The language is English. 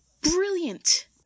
Brilliant